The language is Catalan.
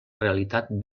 realitat